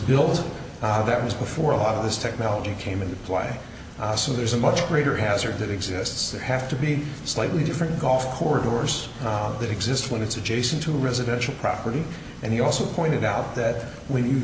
built that was before a lot of this technology came into play so there's a much greater hazard that exists there have to be slightly different golf course that exists when it's adjacent to residential property and he also pointed out that when you